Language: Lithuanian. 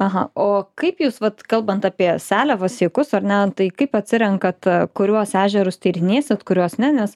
aha o kaip jūs vat kalbant apie seliavą sykus ar ne tai kaip atsirenkat kuriuos ežerus tyrinėsit kurios ne nes